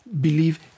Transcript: Believe